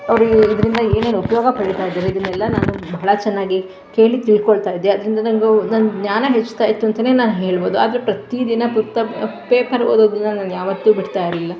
ಅವರಿಗೆ ಇದರಿಂದ ಏನೇನು ಉಪಯೋಗ ಪಡೀತಾಯಿದ್ದಾರೆ ಇದನ್ನೆಲ್ಲ ನಾನು ಬಹಳ ಚೆನ್ನಾಗಿ ಕೇಳಿ ತಿಳ್ಕೊಳ್ತಾಯಿದ್ದೆ ಅದರಿಂದ ನಂಗೆ ನನ್ನ ಜ್ಞಾನ ಹೆಚ್ತಾಯಿತ್ತು ಅಂತಲೇ ನಾ ಹೇಳ್ಬೋದು ಆದರೆ ಪ್ರತಿದಿನ ಪುತ್ತ ಪೇಪರ್ ಓದೋದನ್ನು ನಾನು ಯಾವತ್ತೂ ಬಿಡ್ತಾಯಿರಲಿಲ್ಲ